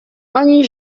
oni